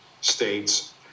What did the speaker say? states